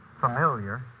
familiar